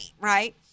right